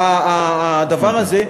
הדבר הזה,